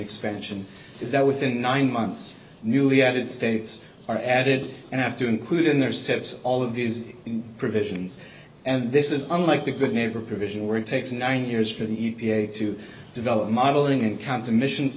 expansion is that within nine months newly added states are added and have to include in their steps all of these provisions and this is unlike the good neighbor provision where it takes nine years for the e p a to develop modeling and can't emissions